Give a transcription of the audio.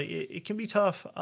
it can be tough,